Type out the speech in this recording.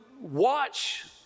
watch